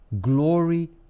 Glory